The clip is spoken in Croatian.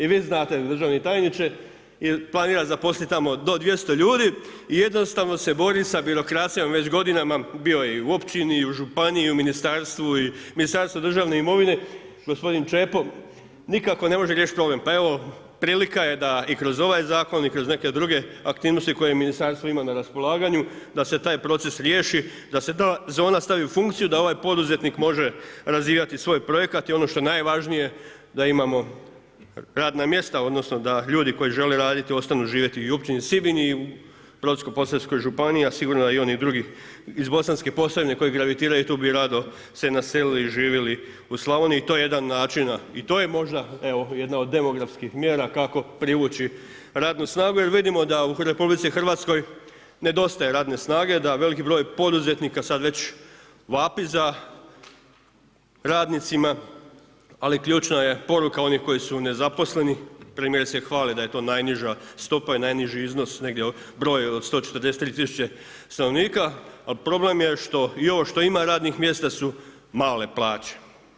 I vi znate državni tajniče, i planira zaposliti tamo do 200 ljudi, i jednostavno se bori sa birokracijom već godinama, bio je i u općini i u županiji i u ministarstvu i u Ministarstvu državne imovine, gospodin Čepo nikako ne može riješiti problem, pa evo prilika je da i kroz ovaj zakon i kroz neke druge aktivnosti koje ministarstvo ima na raspolaganju da se taj proces riješi, da se ta zona stavi u funkciju, da ovaj poduzetnik može razvijati svoj projekat i ono što je najvažnije, da imamo radna mjesta odnosno da ljudi koji žele raditi ostanu živjeti i u Općini Sibinj i u Brodsko-posavskoj županiji a sigurno da i oni drugi iz Bosanske Posavine koji gravitiraju tu bi rado se naselili i živjeli u Slavoniji, to je jedan od načina, i to je možda evo i jedna od demografskih mjera kako privući radnu snagu jer vidimo da u RH nedostaje radne snage, da veliki broj poduzetnika sad već vapi za radnicima ali ključna je poruka onih koji su nezaposleni, premijer se hvali da je to najniža stopa i najniži iznos negdje broj od 143 000 stanovnika, ali problem je što i ovo što ima radnih mjesta su male plaće.